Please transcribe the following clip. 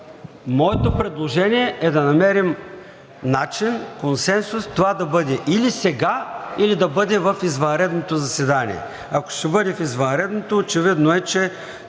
Моето предложение е да намерим начин, консенсус това да бъде или сега, или да бъде в извънредното заседание. Ако ще бъде в извънредното, очевидно е, че